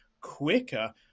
quicker